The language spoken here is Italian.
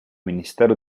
ministero